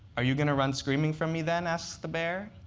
are you going to run screaming from me then, asks the bear.